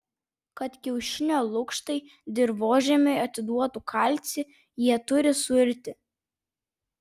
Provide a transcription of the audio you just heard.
kad kiaušinio lukštai dirvožemiui atiduotų kalcį jie turi suirti